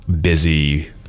busy